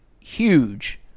huge